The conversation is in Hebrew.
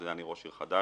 אני ראש עיר חדש,